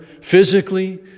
physically